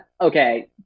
okay